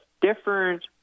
different